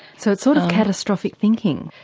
so it's sort of catastrophic thinking?